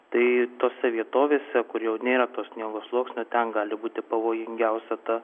tai tose vietovėse kur jau nėra to sniegu sluoksnio ten gali būti pavojingiausia ta